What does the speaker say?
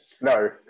No